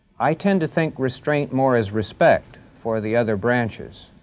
i tend to think restraint more as respect for the other branches,